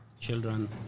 children